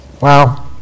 Wow